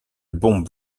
bombe